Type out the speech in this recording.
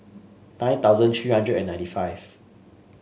nine thousand three hundred and ninety five